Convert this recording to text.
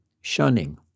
shunning